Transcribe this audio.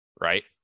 right